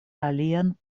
alian